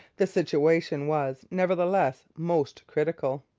the situation was nevertheless most critical.